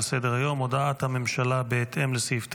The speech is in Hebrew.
סדר-היום: הודעת הממשלה בהתאם לסעיף 9(א)